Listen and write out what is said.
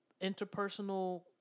interpersonal